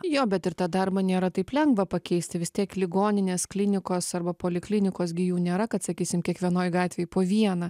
jo bet ir tą darbą nėra taip lengva pakeisti vis tiek ligoninės klinikos arba poliklinikos gi jų nėra kad sakysim kiekvienoj gatvėj po vieną